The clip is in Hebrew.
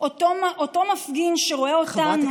אותו מפגין שרואה אותנו,